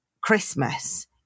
Christmas